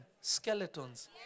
skeletons